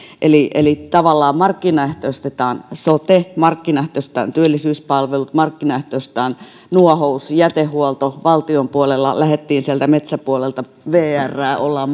eli eli tavallaan markkinaehtoistetaan sote markkinaehtoistetaan työllisyyspalvelut markkinaehtoistetaan nuohous jätehuolto valtion puolella lähdettiin sieltä metsäpuolelta vrää ollaan